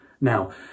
now